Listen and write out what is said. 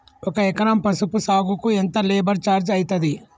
ఒక ఎకరం పసుపు సాగుకు ఎంత లేబర్ ఛార్జ్ అయితది?